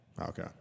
Okay